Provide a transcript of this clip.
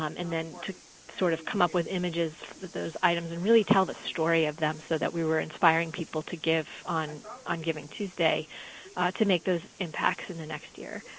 um and then to sort of come up with images for those items and really tell the story of them, so that we were inspiring people to give on on givingtuesday to make those impacts in the next year.